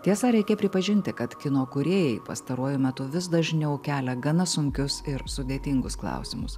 tiesa reikia pripažinti kad kino kūrėjai pastaruoju metu vis dažniau kelia gana sunkius ir sudėtingus klausimus